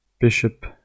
Bishop